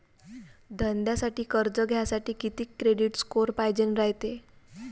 धंद्यासाठी कर्ज घ्यासाठी कितीक क्रेडिट स्कोर पायजेन रायते?